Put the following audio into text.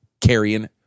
carrying